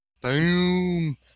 Boom